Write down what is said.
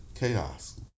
chaos